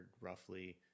roughly